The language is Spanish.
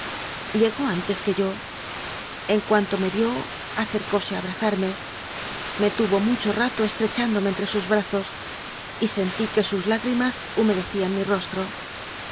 llegó antes que yo en cuanto me vió acercóse a abrazarme me tuvo mucho rato estre chándome entre sus brazos y sentí que sus lágri mas humedecían mi rostro